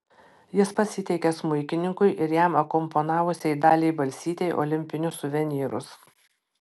jis pats įteikė smuikininkui ir jam akompanavusiai daliai balsytei olimpinius suvenyrus